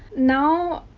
now,